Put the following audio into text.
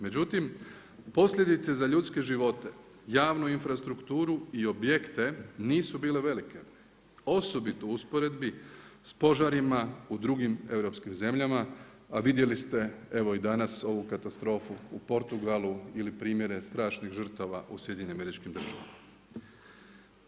Međutim, posljedice za ljudske živote, javnu infrastrukturu i objekte nisu bile velike, osobito u usporedbi sa požarima u drugim europskim zemljama a vidjeli ste evo i danas ovu katastrofu u Portugalu ili primjere strašnih žrtava u SAD-u.